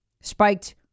spiked